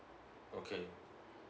okay